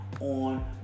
on